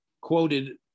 quoted